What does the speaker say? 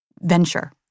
venture